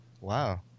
Wow